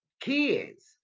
kids